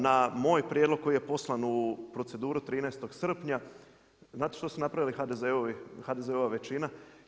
Na moj prijedlog koji je poslan u proceduru 13. srpnja, znate što su napravili HDZ-ova većina?